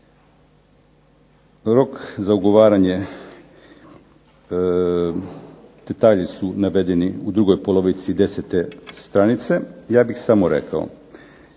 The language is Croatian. rok za ugovaranje, detalji su navedeni u drugoj polovici 10. stranice. Ja bih samo rekao,